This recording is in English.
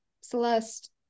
Celeste